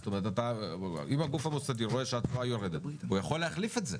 זאת אומרת אם הגוף המוסדי רואה שהתשואה יורדת הוא יכול להחליף את זה,